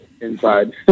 inside